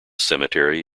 cemetery